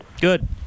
Good